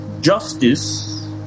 Justice